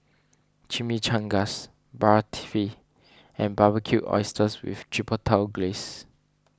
Chimichangas Barfi and Barbecued Oysters with Chipotle Glaze